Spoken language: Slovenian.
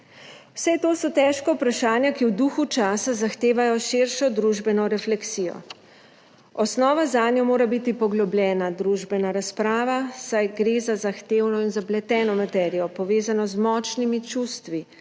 Vse to so težka vprašanja, ki v duhu časa zahtevajo širšo družbeno refleksijo. Osnova zanjo mora biti poglobljena družbena razprava, saj gre za zahtevno in zapleteno materijo, povezano z močnimi čustvi,